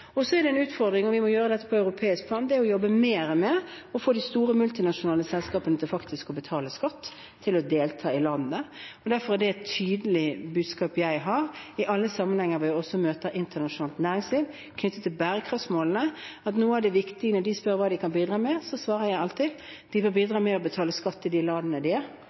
Så er det en utfordring – og vi må gjøre dette på europeisk plan – og det er å jobbe mer med å få de store multinasjonale selskapene til faktisk å betale skatt, til å delta i landet. Derfor er det et tydelig budskap jeg har i alle sammenhenger hvor jeg også møter internasjonalt næringsliv knyttet til bærekraftsmålene, at det er viktig. Når de spør hva de kan bidra med, svarer jeg alltid: De bør bidra med å betale skatt til de landene de er